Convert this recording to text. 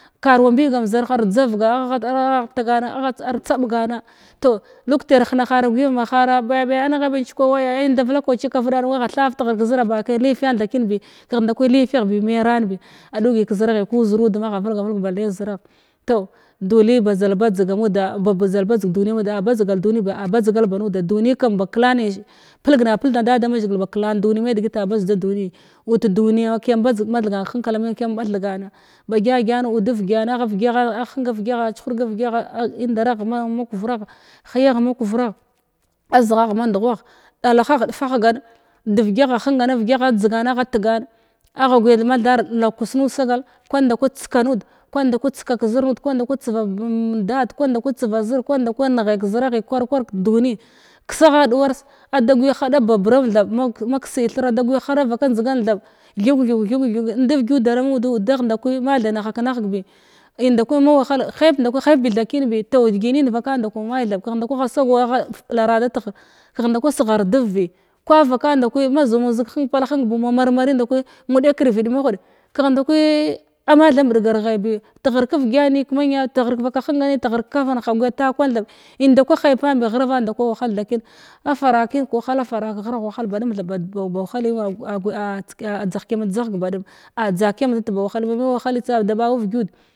Kawa mbiga am zarhar ar jarga agha agha tagana ar tsabgana tow huktir ar həna hara ar gəyar ma hara baba angha ba njkwa waya indaval kaw kwana kaw ɗana aga thar taghir ka zəra ba kay lafiyan nka kən bi kəh nda kwanəy lafiyah bi may ran bi aɗugəy kə zəra bi ku zərud ma agha vəlga-vəlg balay zərah tow dunəy bajal bajg ammuda ba bajal bajg dunəy muda a bajal dunəy biya a bajgal ba nuda dunəy kam ba klaynay palgna palgna dadamazəgla ba klan dunəy may dəgəta a bajda dunəyəy ləy ta dunəy wa kyam bajga thnan kə hənkalaməyam kəyam bathganna ba gyagyan udda vəgyan agha vəgyaha chihurgwa a vəgyaha a indaraha ma ma kulvra gah, həyah ma kuvrah, azghah ma ndukah, ɗalahah faggan dar gyaha həng vəɗah jzgan agha tgan agha gwəya mathar lugkis nuda sagal kwan dakwəy tska nuda, kwan ndakəy tska ka zər nuda, kwan da kwəy tsva dada’a, kwan nda kwəy tsva zər, kwan nda kwəy a nəlgay ka zərah, kwar-kwar ka dunəy, ksaha ɗuwars ada gyəya haɗa babram thaɓ ma kda thirna da gwəya gata vaka njgan thaɓ thug-thug-thug inda vəga uddan mən uddah ndakwanəy mathay nahak nahg bi indakəw ma wahala hayp nda kwəy haypy thna kənbi tow dəgnən vakan da kwəy may thaɓ kəh nda kwəy agha sagaw agha ɓalaran dama tghir, kəh nda kwəy sihar ndəvbi kwra vakan ndakwəy ma zanuzəg həng pal həng bnu ma mar marəy nda kwəy unɗak irvəd mahɗa kəh nda kwəy mathay mɓgar ghaybi tghir ka vəgyan nəka mənna, tghir ka vaka həngan, tghir ka fanha a gwəya ta kwan thaɓ indakwəy lapan bi kghiravan nda kwəy wahal tha kən ka wahala a fara kə ghirah kawahala baɗum thaɓ wahalən a jahkəymu jah baɗum jzakəyan dət ba wahala ma may wahala tsa adabaw da vəgyud.